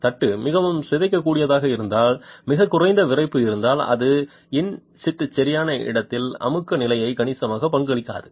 தட்டு மிகவும் சிதைக்கக்கூடியதாக இருந்தால் மிகக் குறைந்த விறைப்பு இருந்தால் அது இன் சிட்டுசரியான இடத்தின் அழுத்த நிலைக்கு கணிசமாக பங்களிக்காது